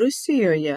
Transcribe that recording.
rusijoje